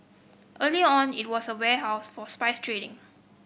earlier on it was a warehouse for spice trading